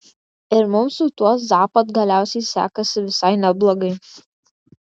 ir mums su tuo zapad galiausiai sekasi visai neblogai